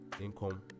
income